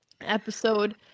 episode